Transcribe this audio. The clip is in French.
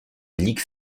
ligue